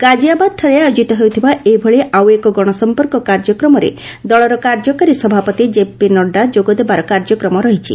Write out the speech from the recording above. ଗାଜିଆବାଦ୍ଠାରେ ଆୟୋଜିତ ହେଉଥିବା ଏଭଳି ଆଉ ଏକ ଗଣସମ୍ପର୍କ କାର୍ଯ୍ୟକ୍ରମରେ ଦଳର କାର୍ଯ୍ୟକାରୀ ସଭାପତି କେପି ନଡ୍ରା ଯୋଗ ଦେବାର କାର୍ଯ୍ୟକ୍ରମ ରହିଛି